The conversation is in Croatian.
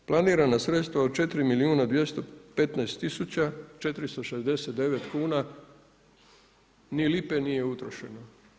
Planirana sredstva od 4 milijuna 215 tisuća 469 kuna, ni lipe nije utrošeno.